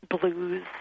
blues